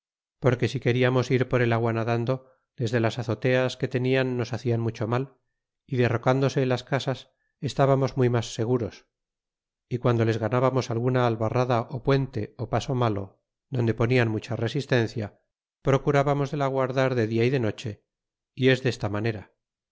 porque si queriamos ir por el agua nadando desde las azoteas que tenian nos hacian mucho mal y derrocándose las casas estábamos muy mas seguros y guando les ganábamos alguna albarrada puente ó paso malo donde ponian mucha resistencia procurábamos de la guardar de dia y de noche y es desta manera